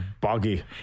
boggy